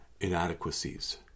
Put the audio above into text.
inadequacies